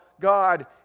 God